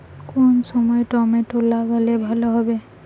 কোন সময় টমেটো লাগালে ভালো হবে?